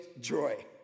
joy